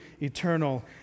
eternal